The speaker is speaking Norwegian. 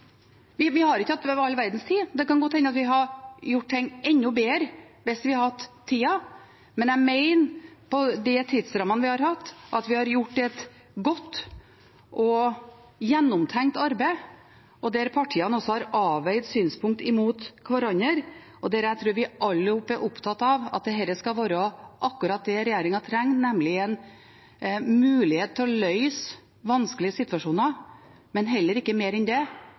Vi har ikke hatt all verdens tid, og det kan godt hende at vi hadde gjort ting enda bedre hvis vi hadde hatt tid til det. Men jeg mener at vi, med de tidsrammene vi har hatt, har gjort et godt og gjennomtenkt arbeid, der partiene også har avveid synspunkter mot hverandre. Og jeg tror vi alle er opptatt av at dette skal være akkurat det regjeringen trenger, nemlig en mulighet til å løse vanskelige situasjoner, men heller ikke mer enn det,